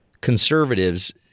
conservatives